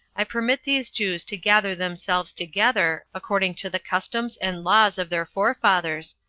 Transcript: i permit these jews to gather themselves together, according to the customs and laws of their forefathers,